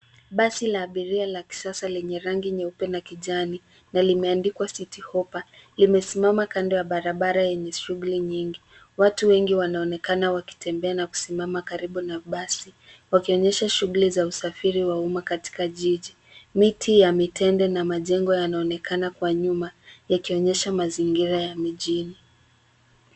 Basi la abiria la kisasa lenye rangi nyeupe na kijani na limeandikwa (cs) City Hoppa (cs). Limesimama kando ya barabara yenye shughuli nyingi. Watu wengi wanaonekana wakitembea na kusimama karibu na basi, wakionyesha shughuli za usafiri wa umma katika jiji. Miti ya mitende na majengo yanaonekana kwa nyuma, yakionyesha mazingira ya mijini.